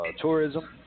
Tourism